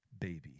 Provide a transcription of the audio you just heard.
baby